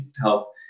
help